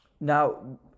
Now